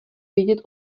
vědět